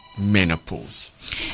menopause